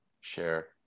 share